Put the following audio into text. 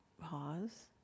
pause